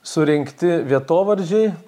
surinkti vietovardžiai